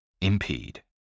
Impede